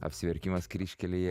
apsiverkimas kryžkelėje